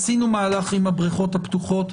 עשינו מהלך עם הבריכות הפתוחות.